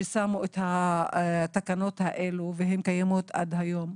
ששמו את התקנות האלה והן קיימות עד היום,